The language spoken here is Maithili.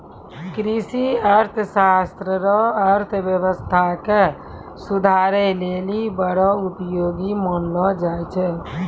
कृषि अर्थशास्त्र रो अर्थव्यवस्था के सुधारै लेली बड़ो उपयोगी मानलो जाय छै